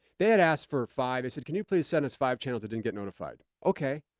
they had asked for five, they said, can you please send us five channels that didn't get notified? okay.